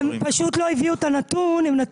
יש לנו